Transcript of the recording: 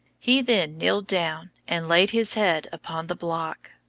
he then kneeled down and laid his head upon the block.